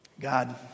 God